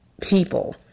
people